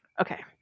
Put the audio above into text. Okay